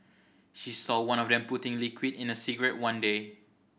she saw one of them putting liquid in a cigarette one day